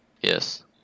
Yes